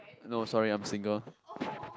no sorry I'm single